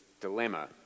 dilemma